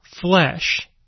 flesh